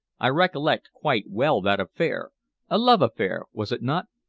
i recollect quite well that affair a love affair, was it not?